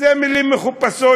זה מילים מחופשות,